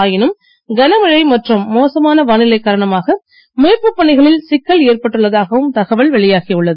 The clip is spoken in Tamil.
ஆயினும் கன மழை மற்றும் மோசமான வானிலை காரணமாக மீட்புப் பணிகளில் சிக்கல் ஏற்பட்டுள்ளதாகவும் தகவல் வெளியாகியுள்ளது